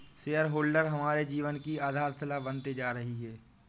share holder हमारे जीवन की आधारशिला बनते जा रही है